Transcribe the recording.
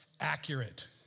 accurate